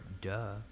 duh